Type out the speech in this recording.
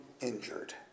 injured